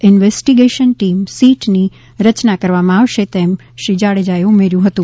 investigation team સીટની રચના કરવામાં આવશે તેમ શ્રી જાડેજા એ ઉમેર્યું હતું